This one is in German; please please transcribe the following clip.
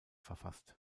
verfasst